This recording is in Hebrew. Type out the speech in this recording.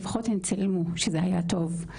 לפחות הן צילמו שזה היה טוב,